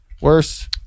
worse